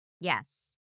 Yes